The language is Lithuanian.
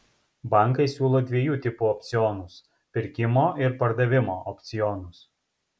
bankai siūlo dviejų tipų opcionus pirkimo ir pardavimo opcionus